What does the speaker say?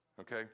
okay